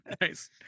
nice